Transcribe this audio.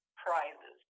prizes